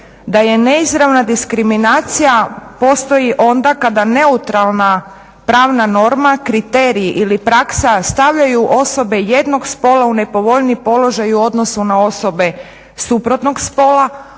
da je neizravna diskriminacija postoji onda kada neutralna pravna norma, kriterij ili praksa stavljaju osobe jednog spola u nepovoljniji položaj u odnosu na osobe suprotnog spola,